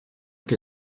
que